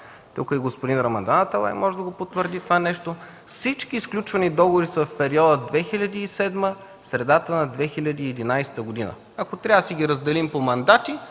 Тук е господин Рамадан Аталай и може да потвърди това нещо. Всички сключвани договори са в периода 2007-а – средата на 2011 г. Ако трябва да си ги разделим по мандати: